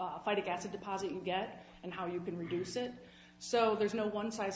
if i take as a deposit you get and how you can reduce it so there's no one size